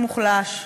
מוחלש ומבודד,